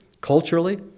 culturally